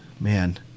Man